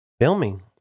filming